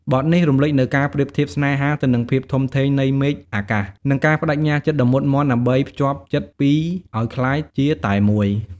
បទនេះរំលេចនូវការប្រៀបធៀបស្នេហាទៅនឹងភាពធំធេងនៃមេឃអាកាស និងការប្តេជ្ញាចិត្តដ៏មុតមាំដើម្បីភ្ជាប់ចិត្តពីរឲ្យក្លាយជាតែមួយ។